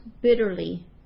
bitterly